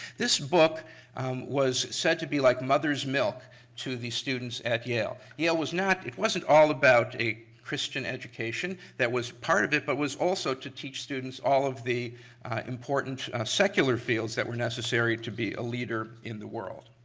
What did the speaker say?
this book was said to be like mother's milk to the students at yale. yale was not, it wasn't all about a christian education. that was part of it, but it was also to teach students all of the important secular fields that were necessary to be a leader in the world.